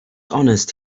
honest